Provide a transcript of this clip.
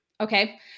Okay